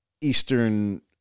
Eastern